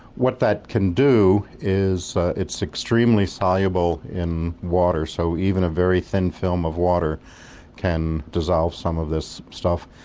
what that can do is it's extremely soluble in water, so even a very thin film of water can dissolve some of this stuff,